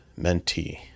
mentee